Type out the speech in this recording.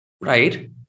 right